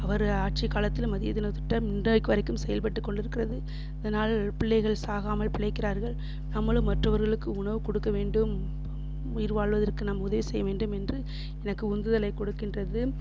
அவர் ஆட்சிக்காலத்தில் மதிய உணவு திட்டம் இன்றைக்கு வரைக்கும் செயல்பட்டுக் கொண்டிருக்கிறது இதனால் பிள்ளைகள் சாகாமல் பிழைக்கிறார்கள் நம்மளும் மற்றவர்களுக்கு உணவு கொடுக்க வேண்டும் உயிர் வாழ்வதற்கு நாம் உதவி செய்ய வேண்டும் என்று எனக்கு உந்துதலை கொடுக்கின்றது